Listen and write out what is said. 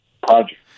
project